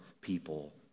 people